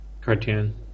cartoon